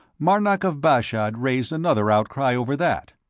marnark of bashad raised another outcry over that.